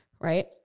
right